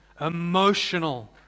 emotional